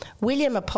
William